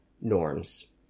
norms